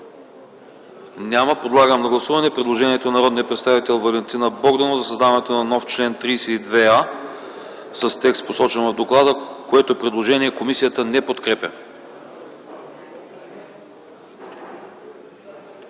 Няма. Подлагам на гласуване предложението на народния представител Валентина Богданова за създаването на нов чл. 32а с текста, посочен в доклада, което предложение комисията не подкрепя.